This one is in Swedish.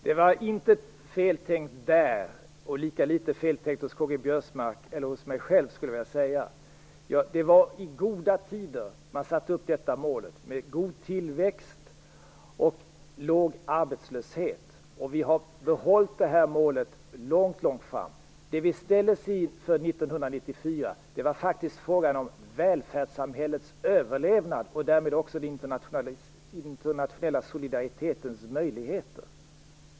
Herr talman! Det var inte fel tänkt där, och det var lika litet fel tänkt hos Karl-Göran Biörsmark och hos mig själv. Det var i goda tider man satte upp detta mål, med god tillväxt och låg arbetslöshet. Vi har behållit målet väldigt länge. Det vi ställdes inför 1994 var faktiskt frågan om välfärdssamhällets överlevnad och därmed också den internationella solidaritetens möjligheter.